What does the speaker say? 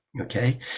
Okay